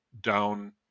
down